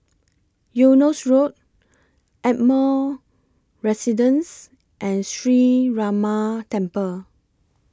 Eunos Road Ardmore Residence and Sree Ramar Temple